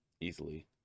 Easily